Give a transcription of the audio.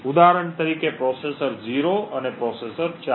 ઉદાહરણ તરીકે પ્રોસેસર 0 અને પ્રોસેસર 4